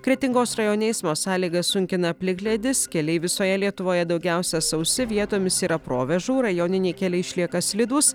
kretingos rajone eismo sąlygas sunkina plikledis keliai visoje lietuvoje daugiausia sausi vietomis yra provėžų rajoniniai keliai išlieka slidūs